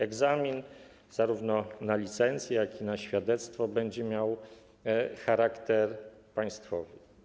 Egzamin zarówno na licencję, jak i na świadectwo będzie miał charakter państwowy.